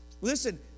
Listen